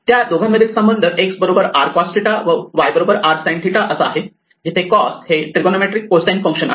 त्या दोघांमधील संबंध x r cos 𝜭 व y r sin 𝜭 असा आहे जिथे cos हे त्रिगोनामॅट्रिक कोसाइन फंक्शन आहे